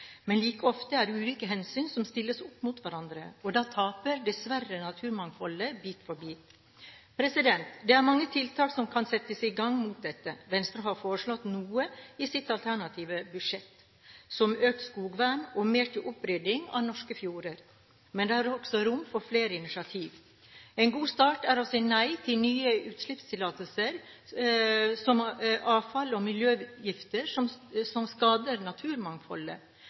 Men like ofte er det ulike hensyn som stilles opp mot hverandre. Da taper dessverre naturmangfoldet, bit for bit. Det er mange tiltak som kan settes i gang mot dette. Venstre har foreslått noe i sitt alternative budsjett, som økt skogvern og mer til opprydding av norske fjorder, men det er også rom for flere initiativ. En god start er å si nei til nye utslippstillatelser, som for avfall og miljøgifter, som skader naturmangfoldet.